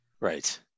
right